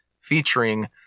featuring